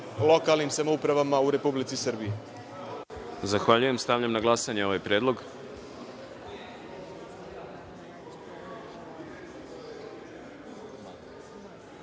lokalnim samoupravama u Republici Srbiji.